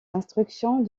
instructions